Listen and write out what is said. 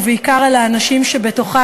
ובעיקר על האנשים שבתוכה,